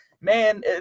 man